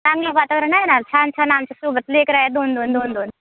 चांगलं वातावरण आहे ना छान छान आमचं सोबत लेकरं आहेत दोन दोन दोन दोन